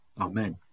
Amen